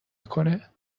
کنه